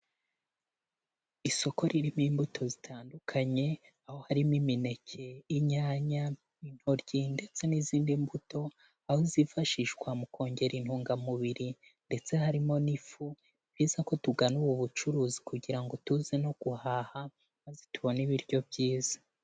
Isoko ririmo imbuto zitandukanye, aho harimo imineke, inyanya, intoryi ndetse n'izindi mbuto, aho zifashishwa mu kongera intungamubiri ndetse harimo n'ifu, ni byiza ko tugana ubu bucuruzi kugira ngo tuze no guhaha maze tubone ibiryo byiza.